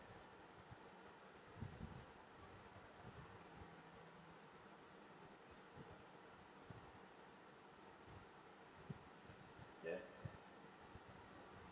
yeah